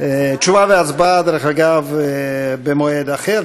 תשובה והצבעה, דרך אגב, במועד אחר.